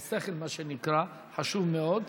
בשכל, מה שנקרא, חשוב מאוד.